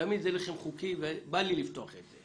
זה לחם חוקי ובא לי לפתוח את זה